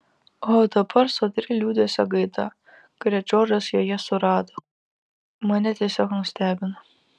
o dabar sodri liūdesio gaida kurią džordžas joje surado mane tiesiog nustebino